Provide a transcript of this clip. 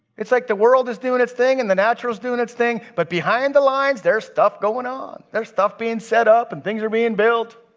it's like the world is doing its thing and the natural is doing its thing. but behind the lines there's stuff going on. there's stuff being set up and things are being built.